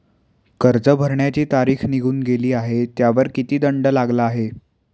कर्ज भरण्याची तारीख निघून गेली आहे त्यावर किती दंड लागला आहे?